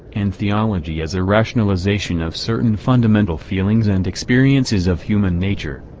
and theology as a rationalization of certain fundamental feelings and experiences of human nature.